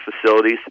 facilities